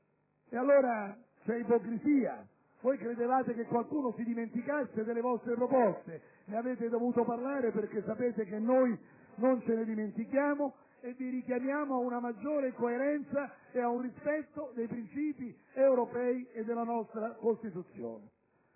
Allora, c'è ipocrisia. Voi credevate che qualcuno si dimenticasse delle vostre proposte. Ne avete dovuto parlare perché sapete che noi non ce ne dimentichiamo e vi richiamiamo ad una maggiore coerenza e al rispetto dei principi europei e della nostra Costituzione.